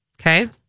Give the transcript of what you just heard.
Okay